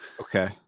Okay